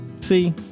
See